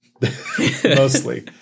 Mostly